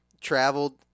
traveled